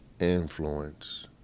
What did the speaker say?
influence